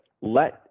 Let